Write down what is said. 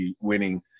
winning